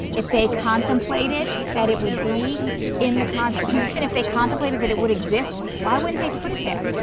if they contemplated that it would be in the constitution. if they contemplated that it would exist. why wouldn't they put it there?